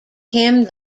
him